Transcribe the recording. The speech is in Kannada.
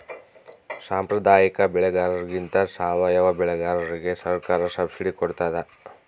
ಸಾಂಪ್ರದಾಯಿಕ ಬೆಳೆಗಾರರಿಗಿಂತ ಸಾವಯವ ಬೆಳೆಗಾರರಿಗೆ ಸರ್ಕಾರ ಸಬ್ಸಿಡಿ ಕೊಡ್ತಡ